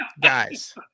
guys